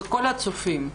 וכל הצופים: